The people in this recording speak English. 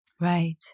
right